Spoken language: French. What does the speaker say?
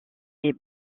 est